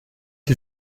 est